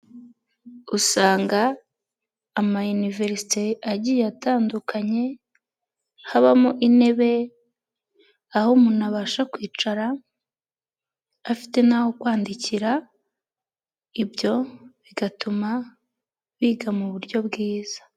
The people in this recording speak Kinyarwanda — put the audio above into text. Usanga ama iniverisite agiye atandukanye, habamo intebe aho umuntu abasha kwicara, afite n'aho kwandikira, ibyo bigatuma biga mu buryo bwiza.